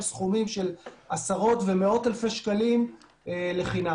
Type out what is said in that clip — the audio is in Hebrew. סכומים בגובה של עשרות ומאות אלפי שקלים לחינם.